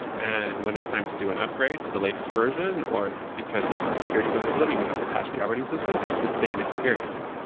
and when it's time to do an upgrade to the latest version or because there's a security vulnerability and we have to patch the operating system, it's the same experience.